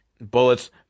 bullets